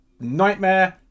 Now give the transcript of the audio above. nightmare